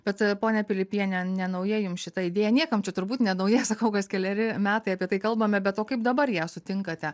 bet ponia pilipiene nenauja jum šita idėja niekam čia turbūt nenauja sakau kas keleri metai apie tai kalbame bet o kaip dabar ją sutinkate